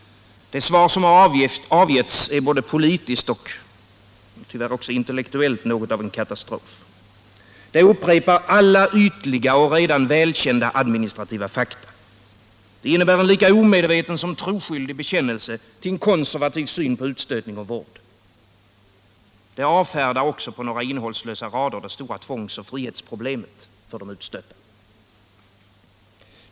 Det svar som har avgetts är både politiskt och tyvärr också intellektuellt något av en katastrof. Det upprepar alla ytliga och redan välkända administrativa fakta. Det innebär en lika omedveten som troskyldig bekännelse till en konservativ syn på utstötning och vård. Det avfärdar också på några innehållslösa rader det stora tvångsoch frihetsproblemet för de utstötta.